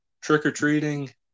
Trick-or-treating